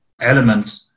element